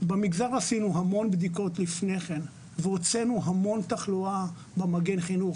במגזר עשינו המון בדיקות לפני כן והוצאנו המון תחלואה במגן החינוך.